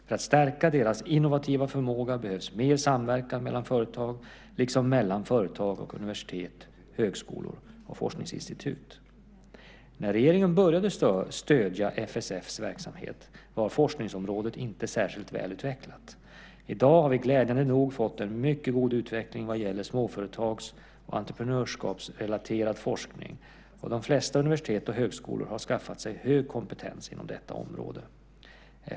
För att stärka deras innovativa förmåga behövs mer samverkan mellan företag liksom mellan företag och universitet, högskolor och forskningsinstitut. När regeringen började stödja FSF:s verksamhet var forskningsområdet inte särskilt välutvecklat. I dag har vi glädjande nog fått en mycket god utveckling vad gäller småföretags och entreprenörskapsrelaterad forskning, och de flesta universitet och högskolor har skaffat sig hög kompetens inom detta område.